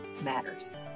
matters